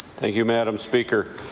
thank you madam speaker.